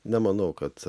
nemanau kad